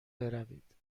بروید